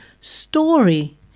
story